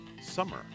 Summer